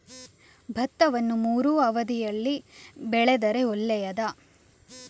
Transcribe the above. ಭತ್ತವನ್ನು ಮೂರೂ ಅವಧಿಯಲ್ಲಿ ಬೆಳೆದರೆ ಒಳ್ಳೆಯದಾ?